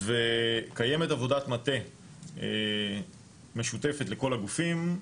קיימת עבודת מטה משותפת לכל הגופים,